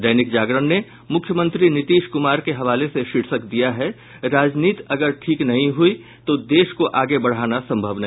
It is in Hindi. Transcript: दैनिक जागरण ने मुख्यमंत्री नीतीश कुमार के हवाले से शीर्षक दिया है राजनीति अगर ठीक नहीं हुयी तो देश को आगे बढ़ाना संभव नहीं